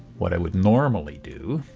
what i would normally do